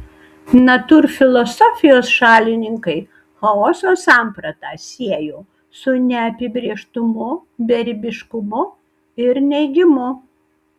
natūrfilosofijos šalininkai chaoso sampratą siejo su neapibrėžtumu beribiškumu ir neigimu